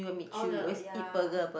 all the ya